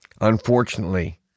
unfortunately